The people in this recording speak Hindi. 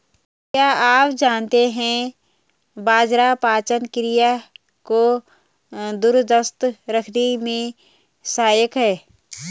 क्या आप जानते है बाजरा पाचन क्रिया को दुरुस्त रखने में सहायक हैं?